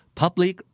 public